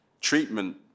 treatment